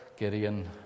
Gideon